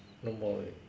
no more already